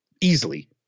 easily